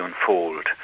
unfold